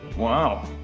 wow.